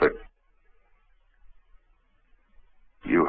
but you